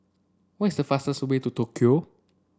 what is the fastest way to Tokyo